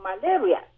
malaria